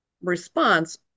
response